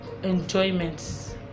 Enjoyments